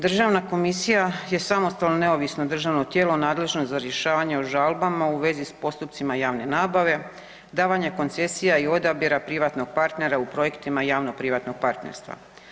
Državna komisija je samostalno neovisno državno tijelo nadležno za rješavanje o žalbama u vezi s postupcima javne nabave, davanja koncesija i odabira privatnog partnera u projektima javno-privatnog partnerstva.